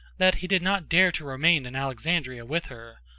that he did not dare to remain in alexandria with her,